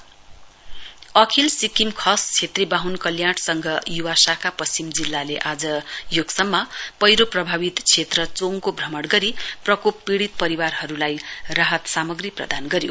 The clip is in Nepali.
रिलिफ मेटिरियल्स अखिल सिक्किम खस छेत्री बाहुन कल्याण संघ युवा शाखा पश्चिम जिल्लाले आज योक्सममा पैह्रो प्रभावित क्षेत्र चोङको भ्रमण गरी प्रकोप पीडित परिवारहरूलाई राहत सामग्री प्रदान गर्यो